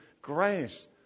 grace